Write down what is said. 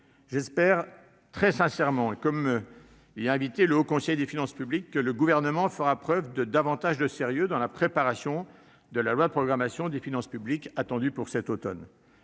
J'espère très sincèrement que, comme l'y a invité le Haut Conseil des finances publiques, le Gouvernement fera preuve de plus de sérieux dans la préparation du projet de loi de programmation des finances publiques, que nous attendons